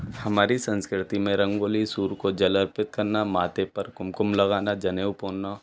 हमारी संस्कृति में रंगोली सूर को जल अर्पित करना माथे पर कुमकुम लगाना जनेऊ पहनना